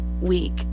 week